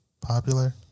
Popular